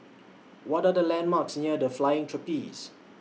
What Are The landmarks near The Flying Trapeze